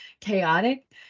chaotic